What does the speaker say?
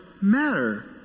matter